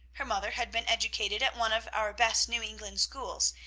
her mother had been educated at one of our best new england schools,